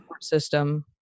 system